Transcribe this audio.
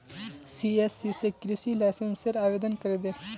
CSC स कृषि लाइसेंसेर आवेदन करे दे